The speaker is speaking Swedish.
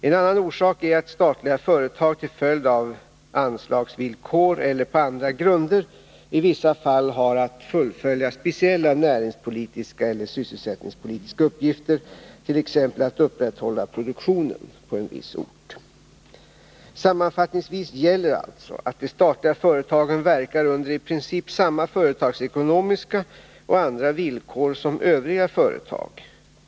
En annan sak är att statliga företag till följd av anslagsvillkor eller på andra grunder i vissa fall har att fullfölja speciella näringspolitiska eller sysselsättningspolitiska uppgifter, t.ex. att upprätthålla produktionen på en viss ort. Sammanfattningsvis gäller alltså att de statliga företagen verkar under i princip samma företagsekonomiska och andra villkor som övriga företag.